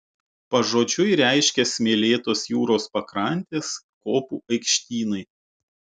pažodžiui reiškia smėlėtos jūros pakrantės kopų aikštynai